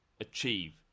achieve